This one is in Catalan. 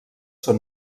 són